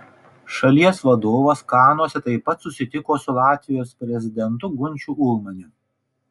šalies vadovas kanuose taip pat susitiko su latvijos prezidentu gunčiu ulmaniu